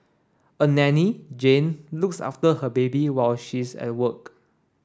a Danny Jane looks after her baby while she is at work